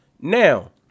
Now